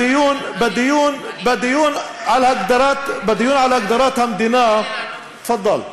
בדיון אני עולה, בדיון על הגדרת המדינה, תפדל.